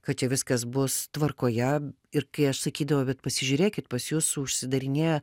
kad čia viskas bus tvarkoje ir kai aš sakydavau bet pasižiūrėkit pas jus užsidarinėja